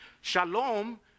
Shalom